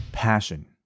passion